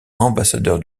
ambassadeur